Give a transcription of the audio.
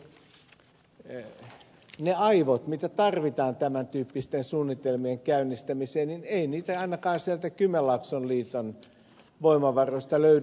eli ei niitä aivoja jotka tarvitaan tämän tyyppisten suunnitelmien käynnistämiseen ainakaan sieltä kymenlaakson liiton voimavaroista löydy